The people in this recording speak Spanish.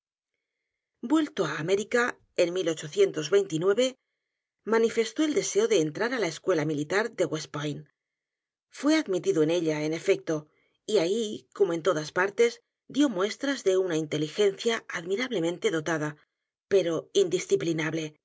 vuelto á américa en manifestó el deseo de ent r a r á la escuela militar de w e s t p o i n t fué admitido en ella en efecto y ahí como en todas partes dio muestras de una inteligencia admirablemente dotada pero indisciplinable